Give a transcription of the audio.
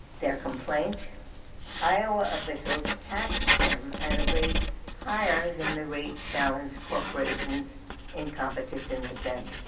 their complaint iowa, officials taxed them at a rate higher than the rate challenge corporations in competition with them.